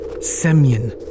Semyon